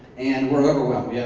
and we're overwhelmed.